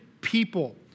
people